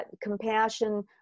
compassion